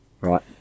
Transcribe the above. Right